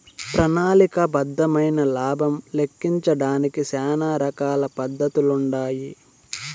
ప్రణాళిక బద్దమైన లాబం లెక్కించడానికి శానా రకాల పద్దతులుండాయి